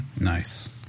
Nice